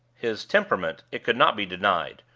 his temperament, it could not be denied,